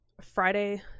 Friday